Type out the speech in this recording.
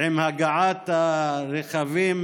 עם הגעת הרכבים,